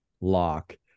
lock